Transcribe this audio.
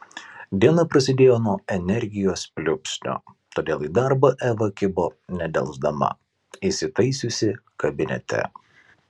diena prasidėjo nuo energijos pliūpsnio todėl į darbą eva kibo nedelsdama įsitaisiusi kabinete